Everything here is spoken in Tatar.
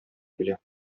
килә